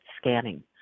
scanning